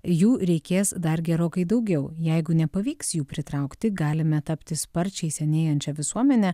jų reikės dar gerokai daugiau jeigu nepavyks jų pritraukti galime tapti sparčiai senėjančia visuomene